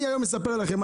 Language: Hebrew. אני אספר לכם,